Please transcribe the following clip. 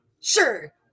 sure